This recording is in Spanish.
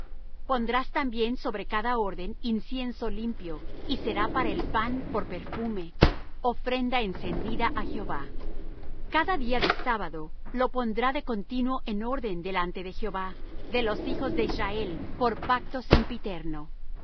pondrás también sobre cada orden incienso limpio y será para el pan por perfume ofrenda encendida á jehová cada día de sábado lo pondrá de continuo en orden delante de jehová de los hijos de israel por pacto sempiterno